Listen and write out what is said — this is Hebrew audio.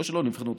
לא שלא נבחנו,